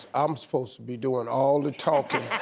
i'm supposed to be doin' all the talkin'.